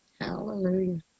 Hallelujah